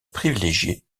privilégiée